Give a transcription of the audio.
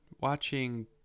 Watching